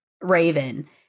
Raven